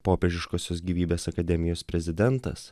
popiežiškosios gyvybės akademijos prezidentas